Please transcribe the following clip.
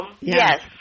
Yes